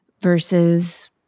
versus